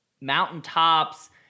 mountaintops